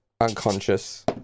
unconscious